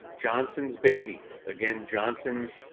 johnson's baby, again johnson's,